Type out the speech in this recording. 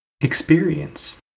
Experience